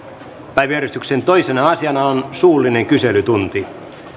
päiväjärjestyksen toisena asiana on suullinen kyselytunti